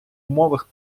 умовах